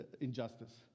injustice